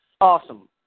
Awesome